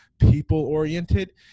people-oriented